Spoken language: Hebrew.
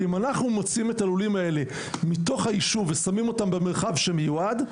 אם אנחנו מוציאים את הלולים האלה מתוך היישוב ושמים אותם במרחב המיועד,